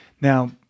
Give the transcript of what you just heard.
Now